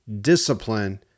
discipline